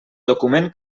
document